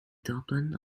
dublin